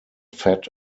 fat